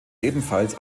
ebenfalls